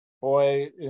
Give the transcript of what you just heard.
boy